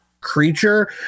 creature